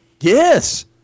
Yes